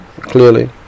Clearly